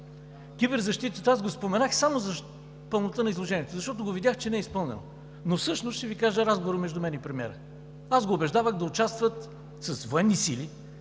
Киберзащитата я споменах само за пълнота на изложението, защото видях, че не е изпълнено. Всъщност ще Ви кажа за разговора между мен и премиера: аз го убеждавах да участват с военни сили,